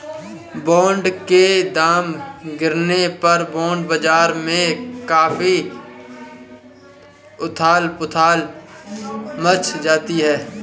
bond के दाम गिरने पर बॉन्ड बाजार में काफी उथल पुथल मच जाती है